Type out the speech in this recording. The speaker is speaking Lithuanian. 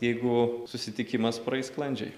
jeigu susitikimas praeis sklandžiai